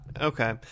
Okay